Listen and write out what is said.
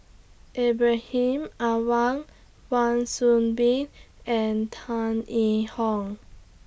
Ibrahim Awang Wan Soon Bee and Tan Yee Hong